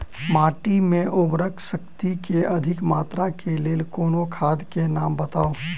माटि मे उर्वरक शक्ति केँ अधिक मात्रा केँ लेल कोनो खाद केँ नाम बताऊ?